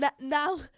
now